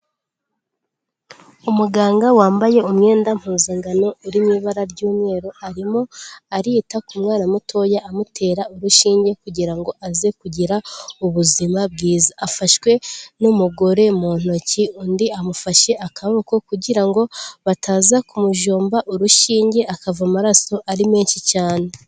Umuganga wambaye umwenda mpuzangano uri mu ibara ry'umweru, arimo arita ku mwana mutoya amutera urushinge kugira ngo aze kugira ubuzima bwiza. Afashwe n'umugore mu ntoki undi amufashe akaboko kugira ngo bataza kumujomba urushinge akava amaraso ari menshi cyane.